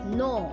no